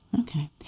Okay